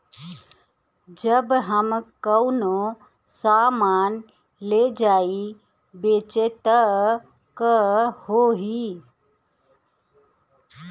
जब हम कौनो सामान ले जाई बेचे त का होही?